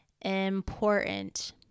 important